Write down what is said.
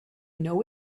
know